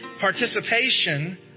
participation